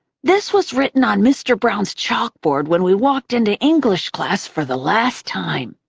this was written on mr. browne's chalkboard when we walked into english class for the last time